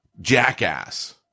jackass